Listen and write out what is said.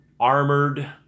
Armored